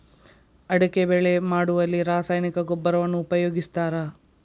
ಅಡಿಕೆ ಬೆಳೆ ಮಾಡುವಲ್ಲಿ ರಾಸಾಯನಿಕ ಗೊಬ್ಬರವನ್ನು ಉಪಯೋಗಿಸ್ತಾರ?